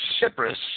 Cyprus